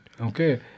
Okay